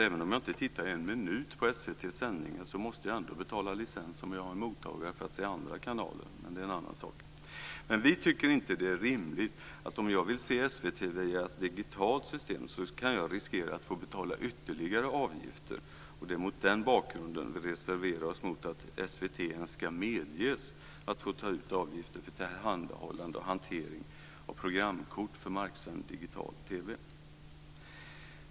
Även om jag inte tittar en minut på SVT:s sändningar måste jag betala licens om jag har en mottagare för att se andra kanaler - men det är en annan sak. Vi tycker inte att det är rimligt att man, om man vill se SVT via ett digitalt system, kan riskera att få betala ytterligare avgifter. Det är mot den bakgrunden som vi reserverar oss när det gäller SVT:s önskan om att medges få ta ut avgifter för tillhandahållande och hantering av programkort för marksänd digital TV.